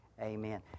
amen